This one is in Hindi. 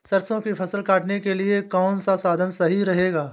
सरसो की फसल काटने के लिए कौन सा साधन सही रहेगा?